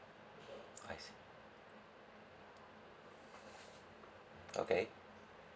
I see okay